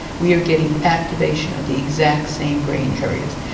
we are getting activation of the exact same brain areas.